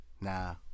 nah